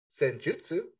Senjutsu